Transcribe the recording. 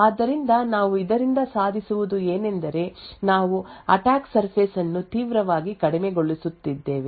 ಆದ್ದರಿಂದ ನಾವು ಇದರಿಂದ ಸಾಧಿಸುವುದು ಏನೆಂದರೆ ನಾವು ಅಟ್ಯಾಕ್ ಸರ್ಫೇಸ್ ಅನ್ನು ತೀವ್ರವಾಗಿ ಕಡಿಮೆಗೊಳಿಸುತ್ತಿದ್ದೇವೆ